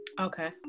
Okay